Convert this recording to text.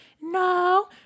no